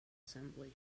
assembly